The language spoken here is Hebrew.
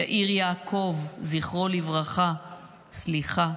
יאיר יעקב, זכרו לברכה, סליחה,